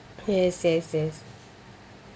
yes yes yes